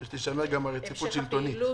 תישמר גם הרציפות השלטונית.